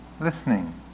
Listening